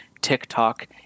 TikTok